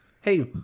Hey